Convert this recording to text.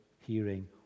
hearing